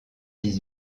dix